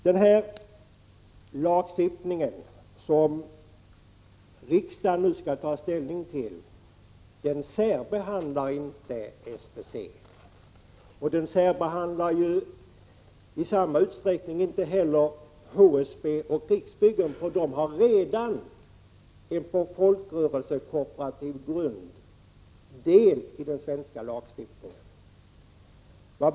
Den lagstiftning som riksdagen nu skall ta ställning till särbehandlar inte SBC och inte heller HSB och Riksbyggen, för dessa har redan på folkkooperativ grund del i svensk lagstiftning.